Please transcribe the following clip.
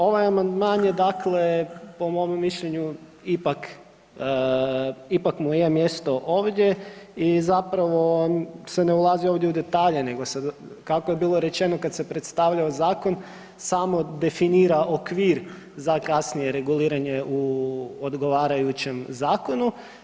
Ovaj amandman je dakle po mom mišljenju ipak, ipak mu je mjesto ovdje i zapravo se ne ulazi ovdje u detalje, nego se kako je bilo rečeno kada se predstavljao zakon samo definira okvir za kasnije reguliranje u odgovarajućem zakonu.